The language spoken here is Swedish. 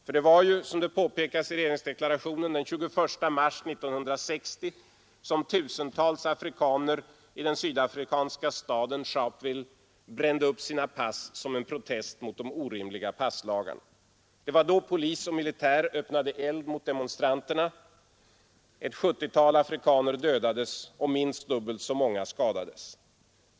För det var ju, som det påpekades i regeringsdeklarationen, den 21 mars 1960 som tusentals afrikaner i den sydafrikanska staden Sharpville brände upp sina pass som en protest mot de orimliga passlagarna. Det var då polis och militär öppnade eld mot demonstranterna, ett sjuttiotal afrikaner dödades och minst dubbelt så många skadades.